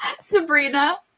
Sabrina